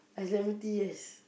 iced lemon tea yes